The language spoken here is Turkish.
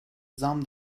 zam